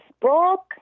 book